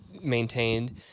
maintained